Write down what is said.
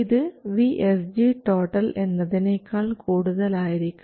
ഇത് VSG എന്നതിനേക്കാൾ കൂടുതലായിരിക്കണം